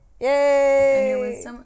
Yay